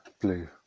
blue